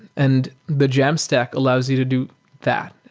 and the jamstack allows you to do that.